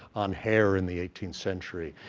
on hair in the eighteenth century,